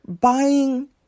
buying